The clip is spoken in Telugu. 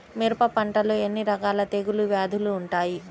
మిరప పంటలో ఎన్ని రకాల తెగులు వ్యాధులు వుంటాయి?